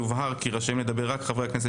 יובהר כי רשאים לדבר רק חברי הכנסת